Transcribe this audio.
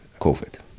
COVID